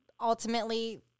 ultimately